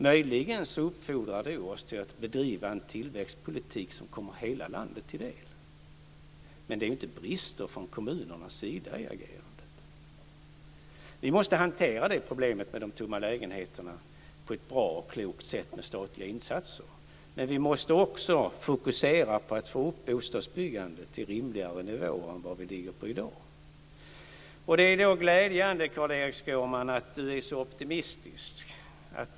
Möjligen uppfordrar det oss till att bedriva en tillväxtpolitik som kommer hela landet till del. Men det är inte brister från kommunernas sida i agerandet. Vi måste hantera problemet med de tomma lägenheterna på ett bra och klokt sätt med statliga insatser, men vi måste också fokusera på att få upp bostadsbyggandet till rimligare nivåer än det ligger på i dag. Det är glädjande att Carl-Erik Skårman är så optimistisk.